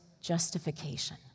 justification